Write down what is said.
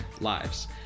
lives